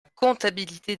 comptabilité